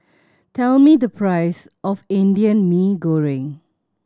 tell me the price of Indian Mee Goreng